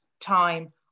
time